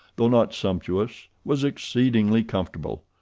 though not sumptuous, was exceedingly comfortable.